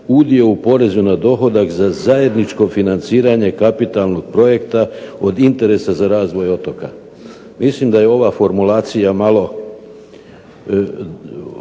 udio u porezu na dohodak za zajedničko financiranje kapitalnog projekta od interesa za razvoj otoka. Mislim da ova formulacija malo